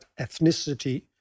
ethnicity